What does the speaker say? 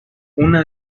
una